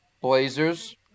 Blazers